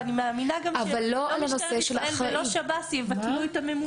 ואני מאמינה גם שלא משטרת ישראל ולא שב"ס יבטלו את הממונה.